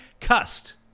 Cust